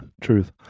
Truth